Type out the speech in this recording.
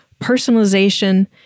personalization